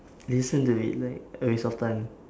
listen to it like a waste of time